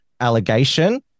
allegation